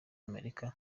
amerika